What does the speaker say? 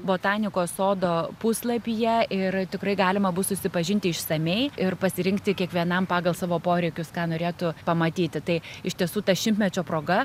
botanikos sodo puslapyje ir tikrai galima bus susipažinti išsamiai ir pasirinkti kiekvienam pagal savo poreikius ką norėtų pamatyti tai iš tiesų ta šimtmečio proga